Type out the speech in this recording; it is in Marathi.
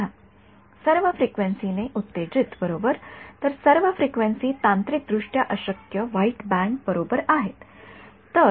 विद्यार्थीः उत्तेजित करा सर्व फ्रिक्वेन्सी ने उत्तेजित बरोबर तर सर्व फ्रिक्वेन्सी तांत्रिकदृष्ट्या अशक्य व्हाइट बँड बरोबर आहे